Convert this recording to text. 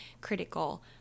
critical